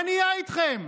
מה נהיה איתכם?